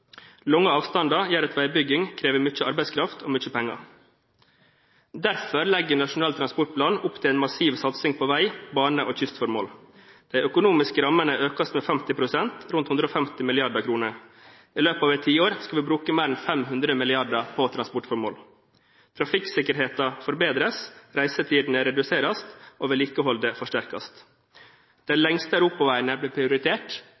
Lange avstander gjør at veibygging krever mye arbeidskraft og mye penger. Derfor legger Nasjonal transportplan opp til en massiv satsing på vei, bane og kystformål. De økonomiske rammene økes med 50 pst. – rundt 150 mrd. kr. I løpet av et tiår skal vi bruke mer enn 500 mrd. kr på transportformål. Trafikksikkerheten forbedres, reisetidene reduseres, og vedlikeholdet forsterkes. De lengste europaveiene blir prioritert,